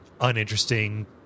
uninteresting